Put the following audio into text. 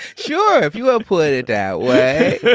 sure. if you put it that way